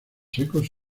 secos